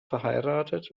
verheiratet